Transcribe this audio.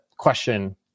question